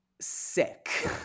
sick